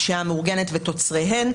הפשיעה המאורגנת ותוצריהן.